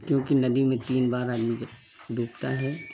क्योंकि नदी में तीन बार आदमी जब डूबता है